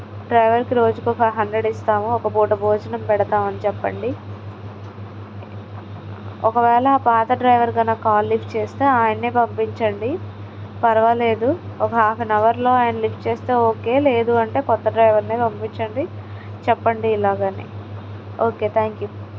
డ్రైవర్కి రోజుకు ఒక హండ్రెడ్ ఇస్తాము ఒక పూట భోజనం పెడతామని చెప్పండి ఒకవేళ పాత డ్రైవర్ కనుక కాల్ లిఫ్ట్ చేస్తే ఆయనను పంపించండి పర్వాలేదు ఒక హాఫ్ ఎన్ అవర్లో ఆయన లిఫ్ట్ చేస్తే ఓకే లేదు అంటే కొత్త డ్రైవర్ను పంపించండి చెప్పండి ఇలాగని ఓకే థ్యాంక్ యూ